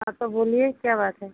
हाँ तो बोलिए क्या बात है